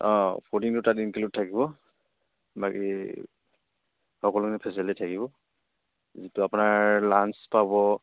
অঁ ফুডিংটো তাত ইনক্লুড থাকিব বাকী সকলোখিনি ফেচেলিটি থাকিব যিটো আপোনাৰ লাঞ্চ পাব